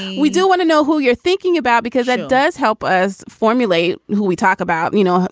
we do want to know who you're thinking about because it does help us formulate who we talk about, you know,